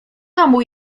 domu